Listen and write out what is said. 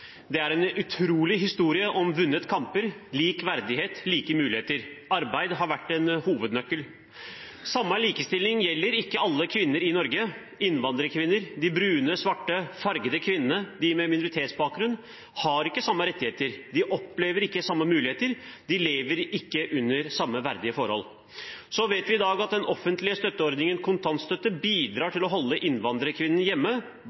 en utrolig historie om vunne kamper, lik verdighet, like muligheter. Arbeid har vært en hovednøkkel. Samme likestilling gjelder ikke alle kvinner i Norge. Innvandrerkvinner, de brune, svarte, fargede kvinnene, de med minoritetsbakgrunn, har ikke samme rettigheter, de opplever ikke samme muligheter, de lever ikke under samme verdige forhold. Så vet vi i dag at den offentlige støtteordningen kontantstøtte bidrar til å holde innvandrerkvinnen hjemme,